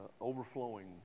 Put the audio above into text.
overflowing